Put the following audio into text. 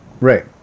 Right